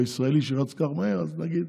או שישראלי רץ כל כך מהר, אז נגיד